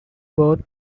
both